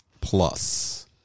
Plus